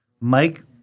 Mike